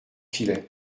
filet